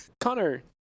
Connor